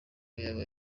yaba